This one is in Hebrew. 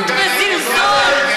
פחות בזלזול.